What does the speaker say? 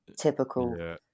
Typical